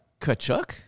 Kachuk